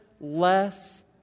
less